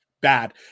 bad